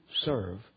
serve